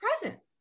present